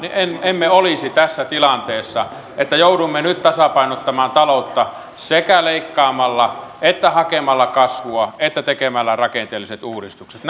emme olisi tässä tilanteessa että joudumme nyt tasapainottamaan taloutta sekä leikkaamalla hakemalla kasvua että tekemällä rakenteelliset uudistukset